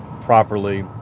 properly